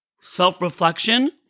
self-reflection